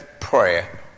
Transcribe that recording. prayer